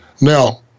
Now